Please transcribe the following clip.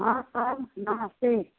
हाँ सर नमस्ते